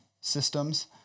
systems